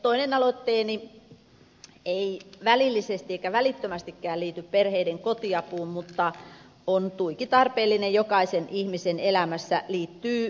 toinen aloitteeni ei välillisesti eikä välittömästikään liity perheiden kotiapuun mutta on tuiki tarpeellinen jokaisen ihmisen elämässä liittyy perustienpitoon